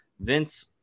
Vince